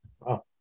Wow